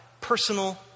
personal